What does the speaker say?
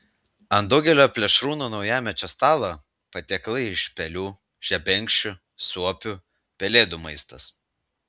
ant daugelio plėšrūnų naujamečio stalo patiekalai iš pelių žebenkščių suopių pelėdų maistas